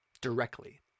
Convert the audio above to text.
Directly